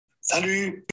Salut